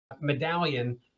medallion